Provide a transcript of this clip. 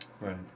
Right